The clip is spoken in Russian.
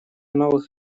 новых